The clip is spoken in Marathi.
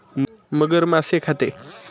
मगर मासे खाते